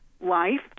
life